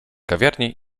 kawiarni